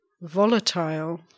volatile